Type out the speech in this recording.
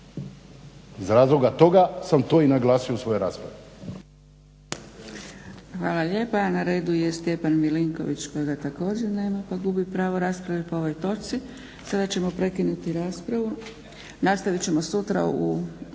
Iz razloga toga sam to i naglasio u svojoj raspravi.